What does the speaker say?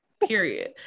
Period